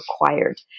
required